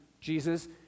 Jesus